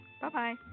Bye-bye